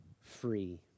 free